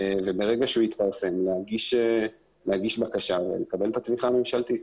וברגע שהוא יתפרסם להגיש בקשה ולקבל את התמיכה הממשלתית.